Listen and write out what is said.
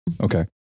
Okay